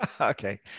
Okay